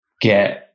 get